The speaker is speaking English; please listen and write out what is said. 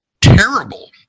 terrible